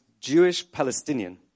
Jewish-Palestinian